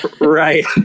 Right